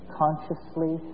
consciously